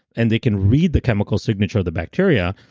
and they can read the chemical signature of the bacteria.